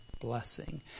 blessing